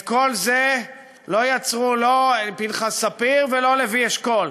את כל זה לא יצרו לא פנחס ספיר ולא לוי אשכול.